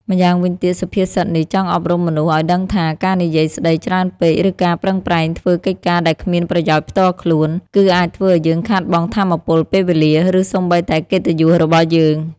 ម្យ៉ាងវិញទៀតសុភាសិតនេះចង់អប់រំមនុស្សឱ្យដឹងថា ការនិយាយស្ដីច្រើនពេក ឬការប្រឹងប្រែងធ្វើកិច្ចការដែលគ្មានប្រយោជន៍ផ្ទាល់ខ្លួន គឺអាចធ្វើឲ្យយើងខាតបង់ថាមពល ពេលវេលា ឬសូម្បីតែកិត្តិយសរបស់យើង។